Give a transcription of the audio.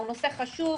התקינה הוא נושא חשוב,